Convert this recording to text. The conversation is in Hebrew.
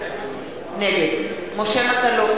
נגד משה מטלון,